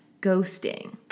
ghosting